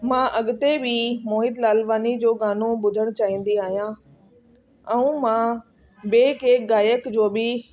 मां अॻिते बि मोहित लालवानी जो गानो ॿुधण चाहिंदी आहियां ऐं मां ॿिए कंहिं गायक जो बि